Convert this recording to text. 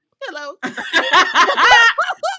hello